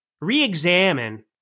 re-examine